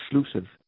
exclusive